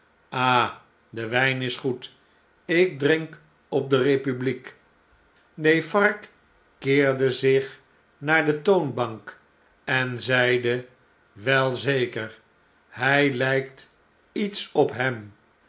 ah de wijn is goed ik drink op de republiek defarge keerde zich naar de toonbank en zeide wel zeker hjj lijkt iets op hem